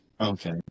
Okay